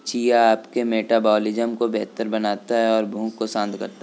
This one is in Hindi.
चिया आपके मेटाबॉलिज्म को बेहतर बनाता है और भूख को शांत करता है